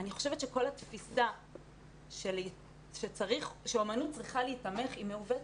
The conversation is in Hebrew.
חושבת שכל התפיסה שאמנות צריכה להיתמך היא מעוותת.